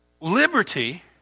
Liberty